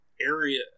area